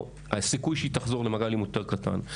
הסיכוי שהיא תחזור למעגל האלימות יותר קטן.